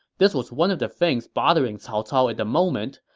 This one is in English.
this was one of the things bothering cao cao at the moment,